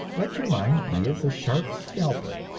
let your mind be as a sharp scalpel,